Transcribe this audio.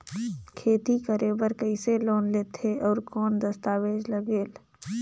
खेती करे बर कइसे लोन लेथे और कौन दस्तावेज लगेल?